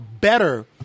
better